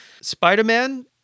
Spider-Man